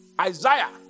Isaiah